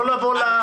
לא לבוא לארץ.